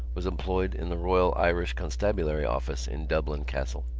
was employed in the royal irish constabulary office in dublin castle.